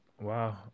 Wow